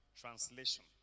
translation